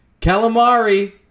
Calamari